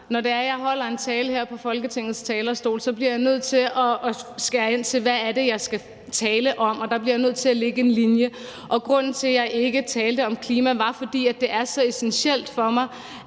sagde før. Når jeg holder en tale her fra Folketingets talerstol, bliver jeg nødt til at skære ind til det, jeg skal tale om, og jeg bliver nødt til at lægge en linje. Og grunden til, at jeg ikke talte om klimaet, var, at det er så essentielt for mig,